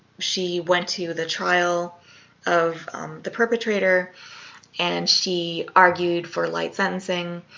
she went to the trial of the perpetrator and she argued for light sentencing.